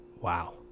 Wow